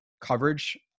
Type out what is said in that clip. coverage